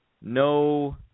no